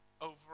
over